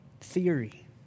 theory